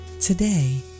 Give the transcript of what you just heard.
today